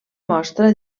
mostra